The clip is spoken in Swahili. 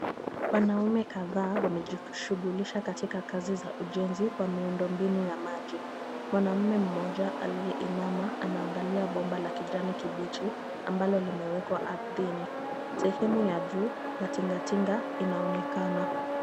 Wanaume kadhaa wamejishughulisha katika kazi za ujenzi wa miundombinu ya maji. Mwanaume mmoja aliyeinama anangalia bomba la kijani kibichi ambalo limewekwa ardhini. Sehemu ya juu ya tingatinga inaonekana.